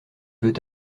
veut